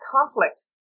conflict